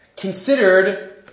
Considered